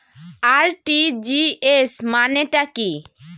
RTGS মানে টা কি?